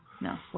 no